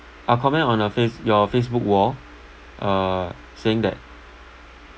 I'll comment on a face~ your facebook wall uh saying that